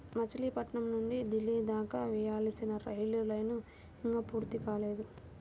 మచిలీపట్నం నుంచి ఢిల్లీ దాకా వేయాల్సిన రైలు లైను ఇంకా పూర్తి కాలేదు